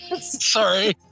Sorry